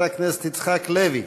חבר הכנסת יצחק לוי